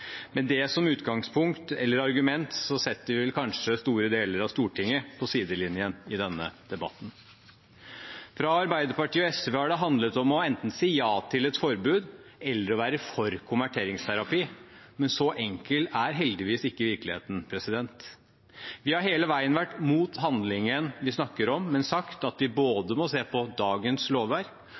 Med det som utgangspunkt eller argument setter vi vel kanskje store deler av Stortinget på sidelinjen i denne debatten. Fra Arbeiderpartiet og SV har det handlet om enten å si ja til et forbud eller å være for konverteringsterapi, men så enkel er heldigvis ikke virkeligheten. Vi har hele veien vært imot handlingen vi snakker om, men sagt at vi både må se på dagens lovverk